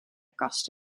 kast